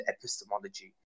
epistemology